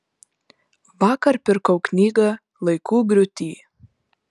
vakar pirkau knygą laikų griūty